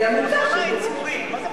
היא עמותה ציבורית.